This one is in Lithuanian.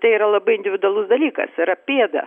tai yra labai individualus dalykas yra pėda